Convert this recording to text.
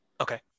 Okay